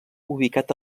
ubicat